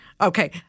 Okay